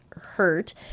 hurt